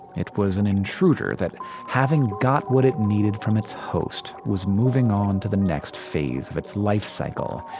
it was an intruder that having got what it needed from its host was moving on to the next phase of its life cycle.